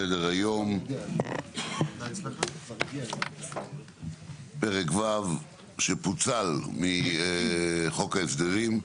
על סדר היום פרק ו' שפוצל מחוק ההסדרים.